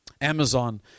Amazon